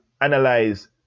analyze